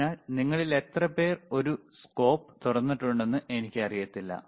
അതിനാൽ നിങ്ങളിൽ എത്രപേർ ഒരു സ്കോപ്പ് തുറന്നിട്ടുണ്ടെന്ന് എനിക്കറിയില്ല